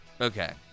Okay